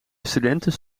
studentes